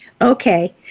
Okay